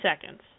seconds